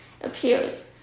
appears